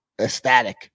ecstatic